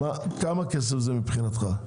כמה כסף זה מבחינתך?